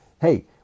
hey